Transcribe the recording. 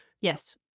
Yes